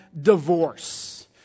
divorce